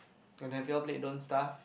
and have you all played don't starve